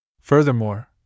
Furthermore